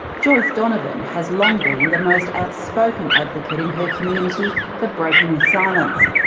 joyce donovan has long been the most outspoken advocate in her community for breaking the silence.